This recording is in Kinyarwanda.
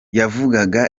yavugaga